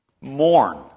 mourn